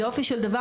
זה יופי של דבר,